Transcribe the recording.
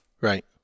Right